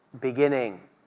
beginning